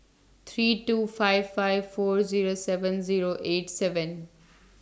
three two five five four Zero seven Zero eight seven